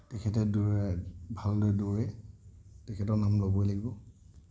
তেখেতে দৌৰে ভালদৰে দৌৰে তেখেতৰ নাম ল'বই লাগিব